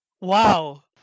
Wow